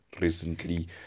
recently